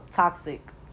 toxic